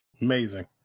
amazing